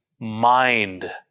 mind